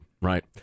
right